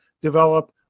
develop